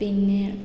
പിന്നെ